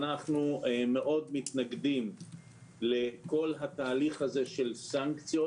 אנחנו מאוד מתנגדים לכל התהליך הזה של סנקציות